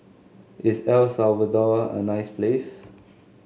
is El Salvador a nice place